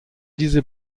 diese